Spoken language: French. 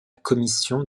commission